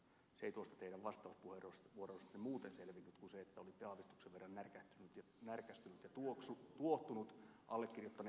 se ei tuosta teidän vastauspuheenvuorostanne muuten selvinnyt kuin sikäli että olitte aavistuksen verran närkästynyt ja tuohtunut allekirjoittaneen puheenvuoroista